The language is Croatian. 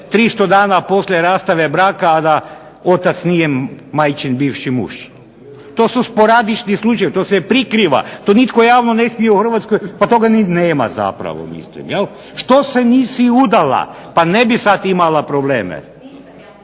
300 dana poslije rastave braka a da otac nije majčin bivši muž. To su sporadični slučajevi, to se prikriva, to nitko javno ne smije u Hrvatskoj, toga ni nema zapravo. Što se nisi udala pa ne bi imala probleme.